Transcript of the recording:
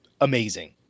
amazing